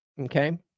Okay